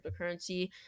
cryptocurrency